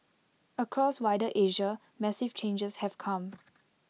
across wider Asia massive changes have come